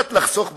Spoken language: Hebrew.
קצת לחסוך בברזל,